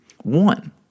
One